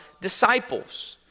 disciples